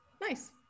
nice